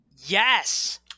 Yes